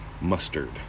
mustard